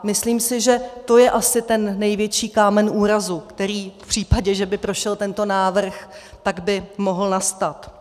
Myslím si, že to je asi ten největší kámen úrazu, který by v případě, že by prošel tento návrh, mohl nastat.